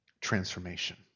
transformation